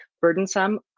burdensome